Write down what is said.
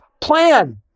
plan